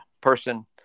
person